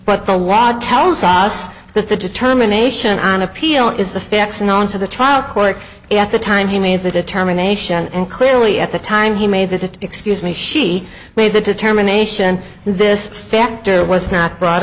but the wad tells us that the determination on appeal is the facts known to the trial court at the time he made the determination and clearly at the time he made that excuse me she made the determination this factor was not brought